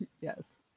Yes